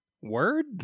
Word